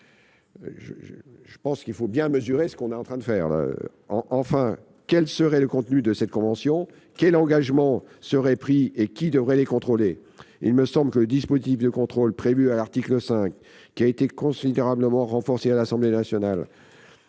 Il faut donc bien mesurer ce que vous proposez ! Enfin, quel serait le contenu de cette convention ? Quels engagements seraient pris et qui devrait les contrôler ? Il me semble que le dispositif de contrôle prévu à l'article 5, qui a été considérablement renforcé à l'Assemblée nationale